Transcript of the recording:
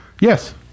Yes